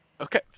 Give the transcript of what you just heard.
okay